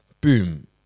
boom